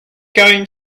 going